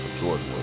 jordan